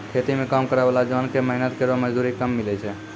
खेती म काम करै वाला जोन क मेहनत केरो मजदूरी कम मिलै छै